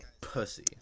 pussy